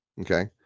okay